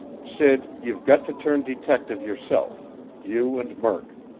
sid, you've got to turn detective yourself you and murk.